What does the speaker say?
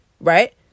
right